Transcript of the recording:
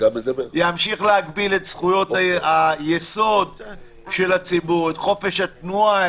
ימשיך להגביל את זכויות היסוד של הציבור: את החופש התנועה,